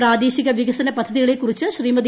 പ്രാദേശിക വികസന പദ്ധതികളെ കുറിച്ച് ശ്രീമതി